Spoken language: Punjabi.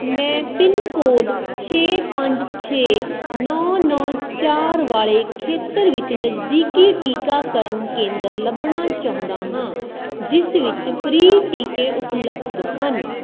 ਮੈਂ ਪਿੰਨ ਕੋਡ ਛੇ ਪੰਜ ਛੇ ਨੌਂ ਨੌਂ ਚਾਰ ਵਾਲੇ ਖੇਤਰ ਵਿੱਚ ਨਜ਼ਦੀਕੀ ਟੀਕਾਕਰਨ ਕੇਂਦਰ ਲੱਭਣਾ ਚਾਹੁੰਦਾ ਹਾਂ ਜਿਸ ਵਿੱਚ ਫ੍ਰੀ ਟੀਕੇ ਉਪਲੱਬਧ ਹਨ